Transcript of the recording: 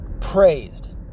praised